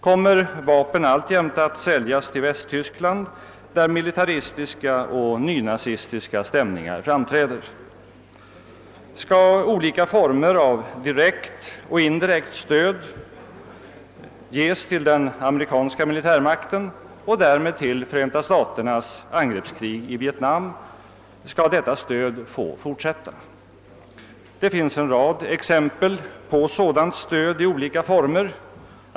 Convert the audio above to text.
Kommer vapen alltjämt att säljas till Västtyskland, där militaristiska och nynazistiska stämningar framträder? Skall olika former av direkt och indirekt stöd ges till den amerikanska militärmakten och därmed till Förenta staternas angreppskrig i Vietnam? Skall detta stöd få fortsätta? Det finns en rad exempel på sådant stöd i olika former.